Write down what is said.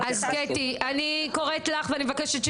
אז קטי אני קוראת לך ואני מבקשת אני מבקשת